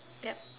ya